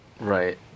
right